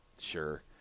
sure